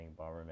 Bomberman